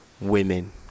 women